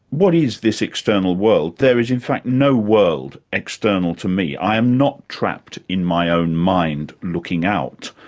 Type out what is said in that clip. what is this external world? there is in fact no world external to me, i am not trapped in my own mind, looking out.